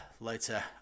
later